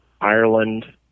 Ireland